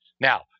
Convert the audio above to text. Now